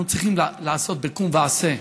אנחנו צריכים לעשות ב"קום ועשה".